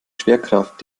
schwerkraft